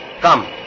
Come